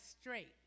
straight